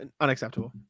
unacceptable